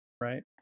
right